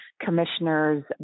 commissioners